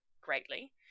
greatly